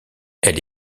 elle